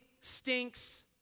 stinks